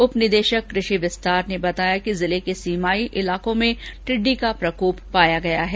उपनिदेशक कृषि विस्तार ने बताया कि जिले के सीमाई इलाकों में टिड्डी का प्रकोप पाया गया है